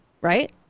right